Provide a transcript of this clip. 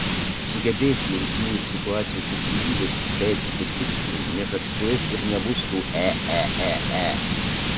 sugebės jausmų ir situacijų subtilybes išreikšti tiksliai nežagsės ir nebus tų e e e e